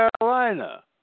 Carolina